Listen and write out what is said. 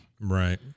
Right